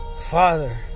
Father